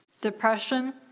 depression